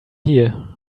here